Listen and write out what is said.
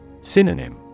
Synonym